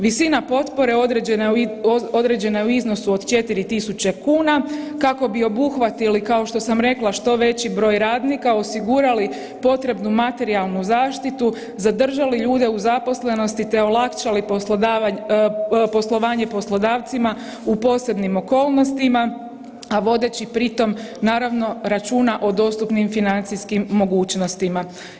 Visina potpore određena je u iznosu od 4.000 kuna kako bi obuhvatili kao što sam rekla što veći broj radnika, osigurali potrebnu materijalnu zaštitu, zadržali ljude u zaposlenosti te olakšali poslovanje poslodavcima u posebnim okolnostima, a vodeći pri tom naravno računa o dostupnim financijskim mogućnostima.